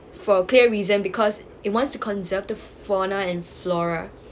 for a clear reason because it wants to conserve the fauna and flora